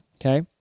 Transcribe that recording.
okay